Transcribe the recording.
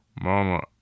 mama